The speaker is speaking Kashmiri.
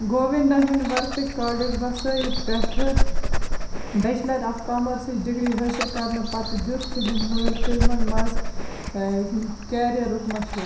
گووِینٛدا ہِن ورتٕکۍ کالج وسائۍ پٮ۪ٹھٕ بیچلر آف کامرسٕچ ڈِگری حٲصِل کَرنہٕ پتہٕ دیُت تِہٕنٛدۍ مٲلۍ فِلمن منٛز کیریَرُک مَشوَرٕ